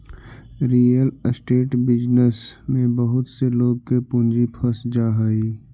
real estate business में बहुत से लोग के पूंजी फंस जा हई